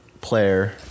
player